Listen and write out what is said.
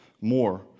more